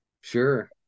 Sure